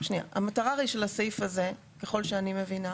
לומר שהמטרה של הסעיף, ככול שאני מבינה,